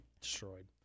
destroyed